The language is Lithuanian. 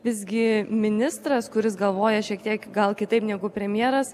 visgi ministras kuris galvoja šiek tiek gal kitaip negu premjeras